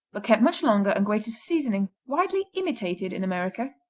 but kept much longer and grated for seasoning. widely imitated in america.